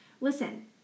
Listen